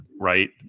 right